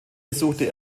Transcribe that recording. besuchte